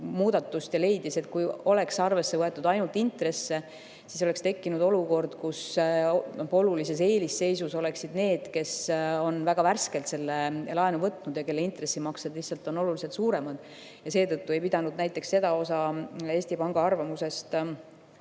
muudatust ja leidis, et kui võetaks arvesse ainult intresse, siis tekiks olukord, kus olulises eelisseisus oleksid need, kes on väga värskelt kodulaenu võtnud ja kelle intressimaksed on oluliselt suuremad. Seetõttu nad ei pidanud põhjendatuks seda osa Eesti Panga arvamusest